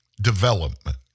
development